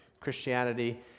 Christianity